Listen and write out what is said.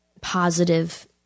positive